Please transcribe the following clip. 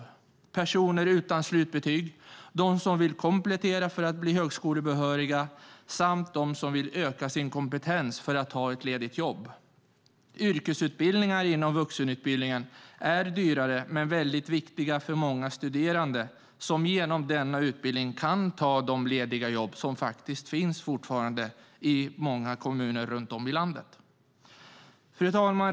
Det är personer utan slutbetyg, de som vill komplettera för att bli högskolebehöriga samt de som vill öka sin kompetens för att kunna ta ett ledigt jobb. Yrkesutbildningar inom vuxenutbildningen är dyrare men väldigt viktiga för många studerande som genom denna utbildning kan ta de lediga jobb som fortfarande finns i många kommuner runt om i landet. Fru talman!